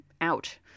out